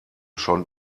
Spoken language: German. schon